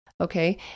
Okay